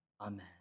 Amen